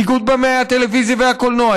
איגוד במאי הטלוויזיה והקולנוע,